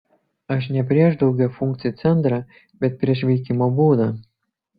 aš ne prieš daugiafunkcį centrą bet prieš veikimo būdą